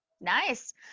Nice